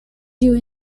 due